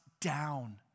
down